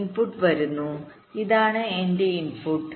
input വരുന്നു ഇതാണ് എന്റെ ഇൻപുട്ട്